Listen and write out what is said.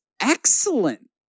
excellent